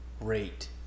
rate